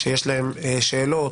שיש להם שאלות,